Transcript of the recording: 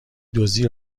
دزدی